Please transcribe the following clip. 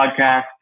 podcast